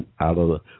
out-of-